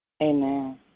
Amen